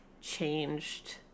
changed